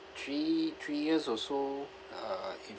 three three years or so uh if